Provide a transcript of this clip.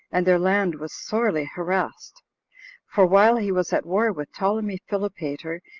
and their land was sorely harassed for while he was at war with ptolemy philopater,